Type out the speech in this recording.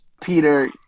peter